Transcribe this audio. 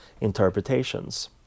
interpretations